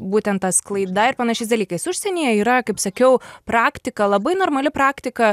būtent ta sklaida ir panašiais dalykais užsienyje yra kaip sakiau praktika labai normali praktika